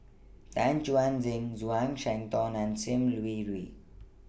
Tan Chuan Jin Zhuang Shengtao and SIM Yi Hui